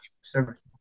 service